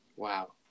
Wow